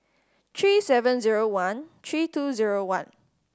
three seven zero one three two zero one